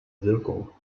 wirkung